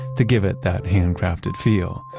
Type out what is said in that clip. to give it that handcrafted feel.